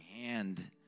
hand